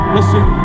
Listen